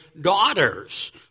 daughters